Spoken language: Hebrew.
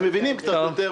אנחנו רוצים בהצלת חיים.